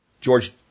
George